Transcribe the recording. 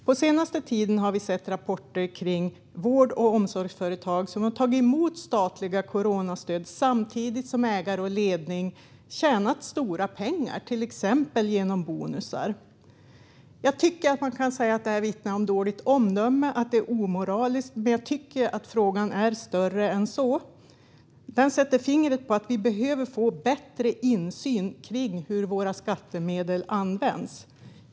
Den senaste tiden har vi sett rapporter om vård och omsorgsföretag som har tagit emot statliga coronastöd samtidigt som ägare och ledning tjänat stora pengar, till exempel genom bonusar. Jag tycker att man kan säga att detta vittnar om dåligt omdöme och att det är omoraliskt, men jag tycker att frågan är större än så. Den sätter fingret på att vi behöver få bättre insyn i hur våra skattemedel används.